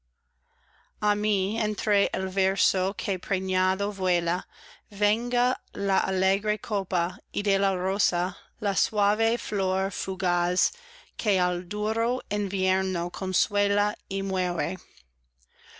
a mí entre el verso que preñado vuela venga la alegre copa y de la rosa la suave flor fugaz que al duro invierno consuela y muere